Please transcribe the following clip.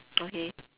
okay